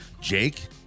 Jake